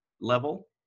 level